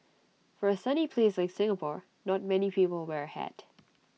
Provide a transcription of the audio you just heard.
for A sunny place like Singapore not many people wear A hat